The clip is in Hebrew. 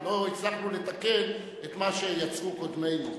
לא הצלחנו לתקן את מה שיצרו קודמינו.